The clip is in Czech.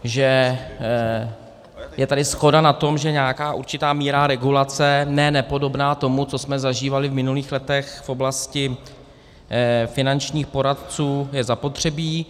Že je tady shoda na tom, že nějaká určitá míra regulace ne nepodobná tomu, co jsme zažívali v minulých letech v oblasti finančních poradců, je zapotřebí.